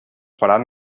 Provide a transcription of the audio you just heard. faran